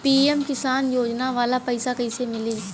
PM Kisan योजना वाला पैसा कईसे मिली?